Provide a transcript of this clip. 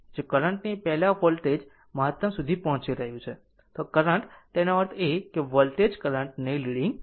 જો કરંટ ની પહેલા વોલ્ટેજ મહતમ પહોંચી રહ્યું છે તો કરંટ તેનો અર્થ એ કે વોલ્ટેજ કરંટ ને લીડીંગ છે